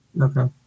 Okay